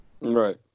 Right